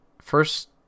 first